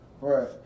Right